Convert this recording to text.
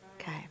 Okay